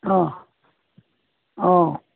ಹ್ಞೂ ಹ್ಞೂ